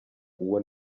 uwo